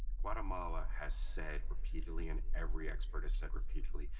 guatemala has said repeatedly, and every expert has said repeatedly,